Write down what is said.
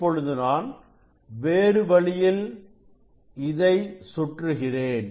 இப்பொழுது வேறு வழியில் நான் இதை சுற்றுகிறேன்